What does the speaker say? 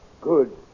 Good